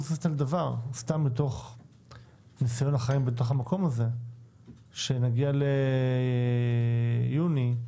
מתוך ניסיון החיים במקום הזה שנגיע ליוני,